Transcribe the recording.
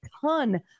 ton